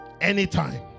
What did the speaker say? anytime